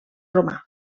romà